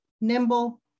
nimble